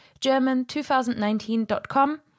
german2019.com